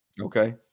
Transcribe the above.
Okay